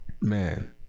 Man